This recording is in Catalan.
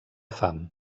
fam